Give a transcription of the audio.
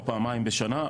או פעמיים בשנה,